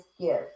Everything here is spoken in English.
give